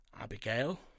Abigail